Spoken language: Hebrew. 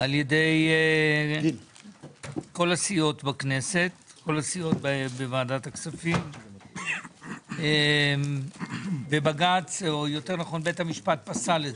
על ידי כל הסיעות בוועדת הכספים ובית המשפט פסל אותו,